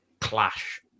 clash